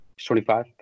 25